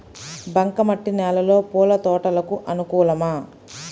బంక మట్టి నేలలో పూల తోటలకు అనుకూలమా?